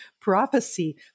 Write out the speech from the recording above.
prophecy